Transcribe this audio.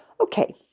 Okay